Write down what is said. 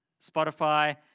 Spotify